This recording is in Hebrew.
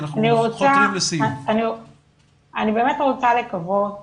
אני באמת רוצה לקוות